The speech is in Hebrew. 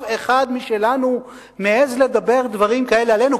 אחד משלנו מעז לדבר דברים כאלה עלינו,